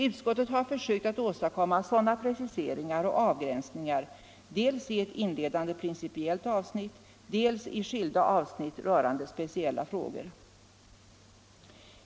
Utskottet har försökt att åstadkomma sådana preciseringar och avgränsningar dels i ett inledande principiellt avsnitt, dels i skilda avsnitt rörande speciella frågor.